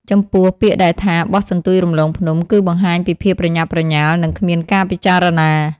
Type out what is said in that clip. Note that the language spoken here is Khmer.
ចំពោះ ពាក្យដែលថា បោះសន្ទូចរំលងភ្នំ គឺបង្ហាញពីភាពប្រញាប់ប្រញាល់ និងគ្មានការពិចារណា។